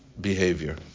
behavior